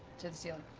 to the ceiling.